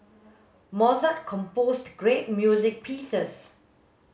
Mozart composed great music pieces